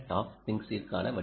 D